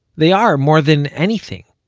they are, more than anything,